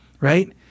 right